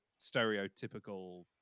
stereotypical